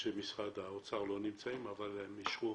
שאנשי משרד האוצר לא נמצאים אבל הם אישרו